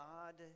God